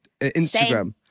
Instagram